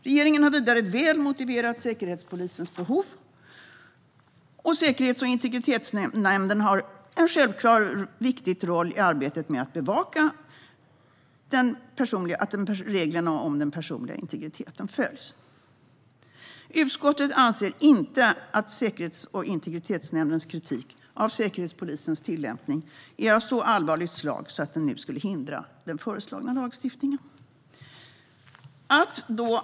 Regeringen har vidare väl motiverat Säkerhetspolisens behov, och Säkerhets och integritetsskyddsnämnden har självklart en viktig roll i arbetet med att bevaka att reglerna för att skydda den personliga integriteten följs. Utskottet anser inte att Säkerhets och integritetsskyddsnämndens kritik av Säkerhetspolisens tillämpning är av så allvarligt slag att den nu skulle hindra den föreslagna lagstiftningen.